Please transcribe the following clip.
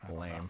Lame